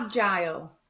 agile